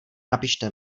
napište